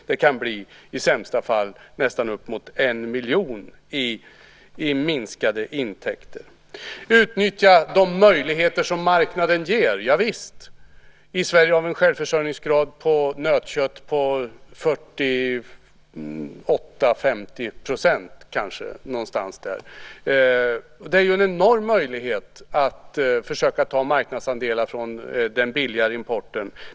Det kan i sämsta fall bli nästan uppemot 1 miljon i minskade intäkter. Utnyttja de möjligheter som marknaden ger, javisst! I Sverige har vi en självförsörjningsgrad på nötkött på kanske 48-50 %. Det är en enorm möjlighet att försöka ta marknadsandelar från den billigare importen.